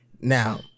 now